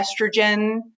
estrogen